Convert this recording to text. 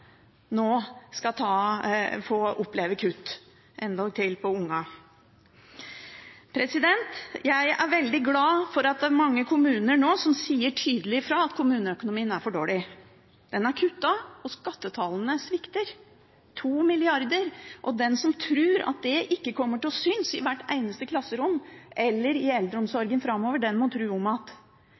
nå må oppleve kutt – endatil for ungene. Jeg er veldig glad for at det nå er veldig mange kommuner som sier tydelig fra om at kommuneøkonomien er for dårlig. Den er kuttet, og skattetallene svikter – to milliarder kroner – og den som tror at dét ikke kommer til å synes i hvert eneste klasserom eller i eldreomsorgen framover, må tro om igjen. Det er klart at dette handler om at